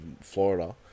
Florida